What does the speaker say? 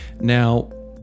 now